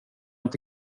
inte